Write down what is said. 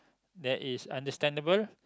that is understandable